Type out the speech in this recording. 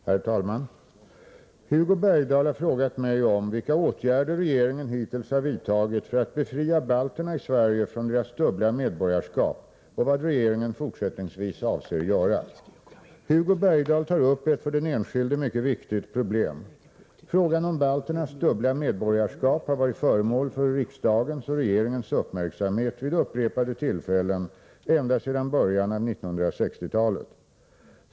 Herr talman! Hugo Bergdahl har frågat mig om vilka åtgärder regeringen hittills har vidtagit för att befria balterna i Sverige från deras dubbla medborgarskap och vad regeringen fortsättningsvis avser göra. Hugo Bergdahl tar upp ett för den enskilde mycket viktigt problem. Frågan om balternas dubbla medborgarskap har varit föremål för riksdagens och regeringens uppmärksamhet vid upprepade tillfällen ända sedan början av 1960-talet.